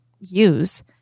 use